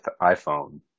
iPhone